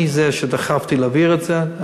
אני זה שדחפתי להעביר את זה,